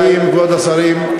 כבוד השרים,